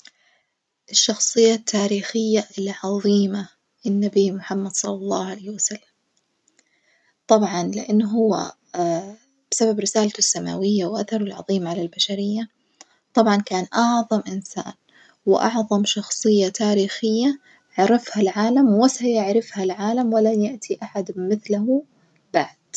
الشخصية التاريخية العظيمة النبي محمد صلى الله عليه وسلم، طبعًا لأن هو بسبب رسالته السماوية وأثره العظيم على البشرية طبًعا كان أعظم إنسان وأعظم شخصية تاريخية عرفها العالم وسيعرفها العالم، ولن يأتي أحد مثله بعد.